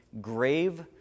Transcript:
grave